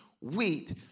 wheat